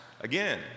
Again